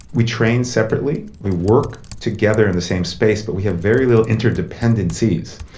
we train separately, we work together in the same space but we have very little interdependencies.